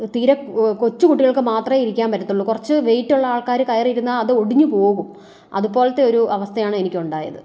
തീരെ കൊച്ചു കുട്ടികൾക്ക് മാത്രമേ ഇരിക്കാൻ പറ്റത്തുള്ളു കുറച്ച് വെയ്റ്റ് ഉള്ള ആൾക്കാർ കയറി ഇരുന്നാൽ അത് ഒടിഞ്ഞു പോകും അതുപോലത്തെ ഒരു അവസ്ഥയാണ് എനിക്ക് ഉണ്ടായത്